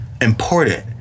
important